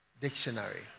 dictionary